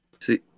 See